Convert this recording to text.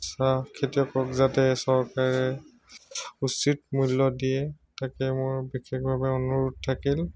চাহ খেতিয়কক যাতে চৰকাৰে উচিত মূল্য দিয়ে তাকে মোৰ বিশেষভাৱে অনুৰোধ থাকিল